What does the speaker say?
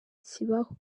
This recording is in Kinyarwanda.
kibaho